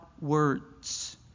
words